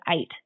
eight